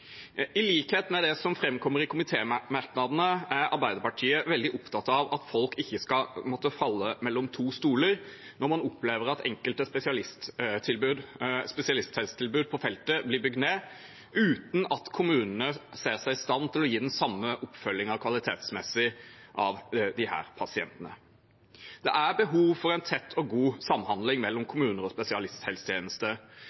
I likhet med det som framkommer i komitémerknadene, er Arbeiderpartiet veldig opptatt av at folk ikke skal måtte falle mellom to stoler når man opplever at enkelte spesialisthelsetilbud på feltet blir bygd ned uten at kommunene ser seg i stand til å gi den samme oppfølgingen kvalitetsmessig av disse pasientene. Det er behov for en tett og god samhandling mellom